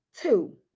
Two